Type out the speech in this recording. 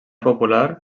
popular